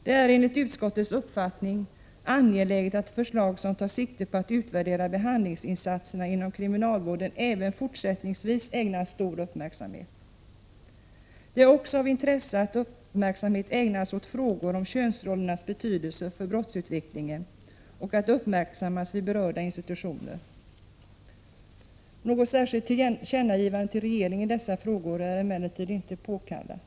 Det är enligt utskottets uppfattning angeläget att förslag som tar sikte på att utvärdera behandlingsinsatserna inom kriminalvården även fortsättningsvis ägnas stor uppmärksamhet. Det är också av intresse att uppmärksamhet ägnas åt frågor om könsrollernas betydelse för brottsutvecklingen och att dessa uppmärksammas vid berörda institutioner. Något särskilt tillkännagivande till regeringen i dessa frågor är emellertid inte påkallat.